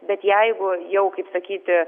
bet jeigu jau kaip sakyti